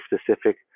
specific